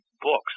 books